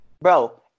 Bro